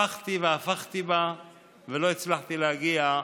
הפכתי והפכתי בה ולא הצלחתי להגיע.